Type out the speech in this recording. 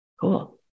cool